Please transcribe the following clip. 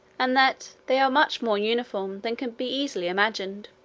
and that they are much more uniform, than can be easily imagined.